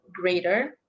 greater